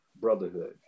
Brotherhood